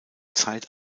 zeit